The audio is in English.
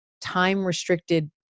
time-restricted